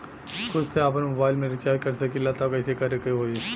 खुद से आपनमोबाइल रीचार्ज कर सकिले त कइसे करे के होई?